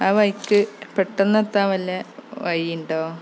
ആ വഴിക്ക് പെട്ടെന്നെത്താൻ വല്ല വഴീയുണ്ടോ